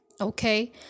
okay